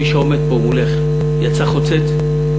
מי שעומד פה מולך יצא חוצץ,